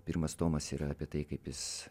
pirmas tomas yra apie tai kaip jis